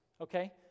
okay